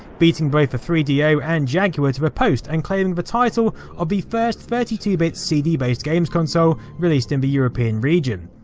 beating both the three do and jaguar to the post and claiming the title of the first thirty two bit cd based games console released in the european region.